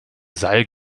seil